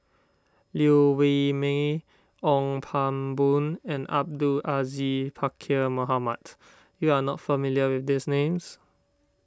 Liew Wee Mee Ong Pang Boon and Abdul Aziz Pakkeer Mohamed you are not familiar with these names